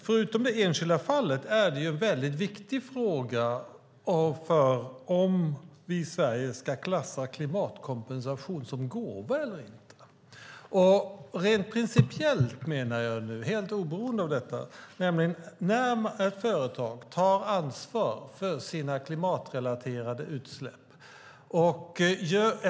Förutom i det enskilda fallet är det en väldigt viktig fråga om vi i Sverige ska klassa klimatkompensation som gåva eller inte. Rent principiellt undrar jag, helt oberoende av detta fall, hur ett företag kan ta ansvar för sina klimatrelaterade utsläpp.